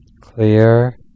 clear